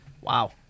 Wow